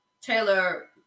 Taylor